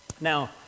Now